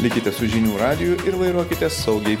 likite su žinių radiju ir vairuokite saugiai